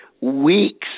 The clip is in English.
weeks